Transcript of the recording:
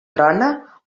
trona